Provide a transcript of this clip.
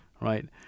right